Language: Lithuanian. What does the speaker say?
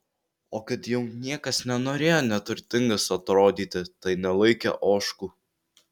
o kad jau niekas nenorėjo neturtingas atrodyti tai nelaikė ožkų